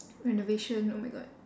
renovation oh my god